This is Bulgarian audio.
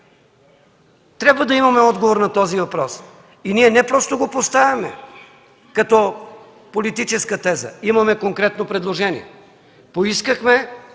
Трябва да имаме отговор на този въпрос. И ние не просто го поставяме като политическа теза, имаме конкретно предложение. Поискахме